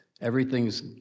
Everything's